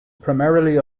primarily